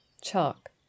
chalk